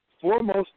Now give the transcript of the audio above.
foremost